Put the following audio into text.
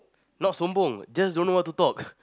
not just don't know what to talk